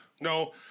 No